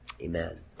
Amen